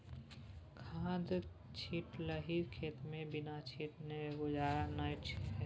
खाद छिटलही खेतमे बिना छीटने गुजारा नै छौ